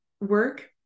work